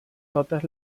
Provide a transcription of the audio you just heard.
totes